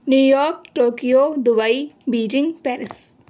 new York Tokyo Dubai Beijing Paris